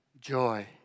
joy